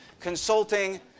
consulting